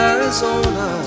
Arizona